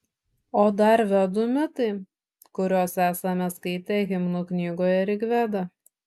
o dar vedų mitai kuriuos esame skaitę himnų knygoje rigveda